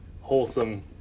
wholesome